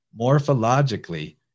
Morphologically